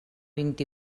vint